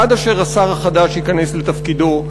עד אשר השר החדש ייכנס לתפקידו,